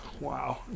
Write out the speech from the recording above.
Wow